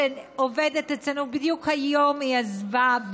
שעובדת אצלנו בתור מתמחה, בדיוק היום היא עזבה.